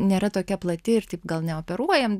nėra tokia plati ir taip gal neoperuojam